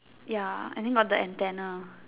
ya and then got the antenna